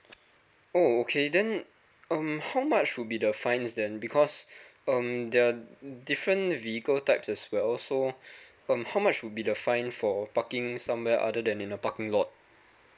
oh okay then um how much would be the fines then because um they're different vehicle types as well so um how much would be the fine for parking somewhere other than in a parking lot